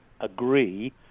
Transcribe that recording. agree